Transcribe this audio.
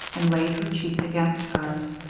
and laid her cheek against hers.